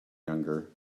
younger